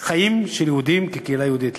חיים של יהודים כקהילה יהודית.